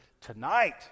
tonight